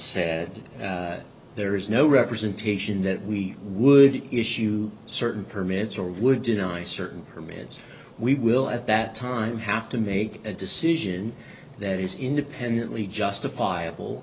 said there is no representation that we would issue certain permits or would deny certain permits we will at that time have to make a decision that is independently justifiable